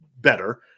better